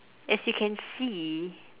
as you can see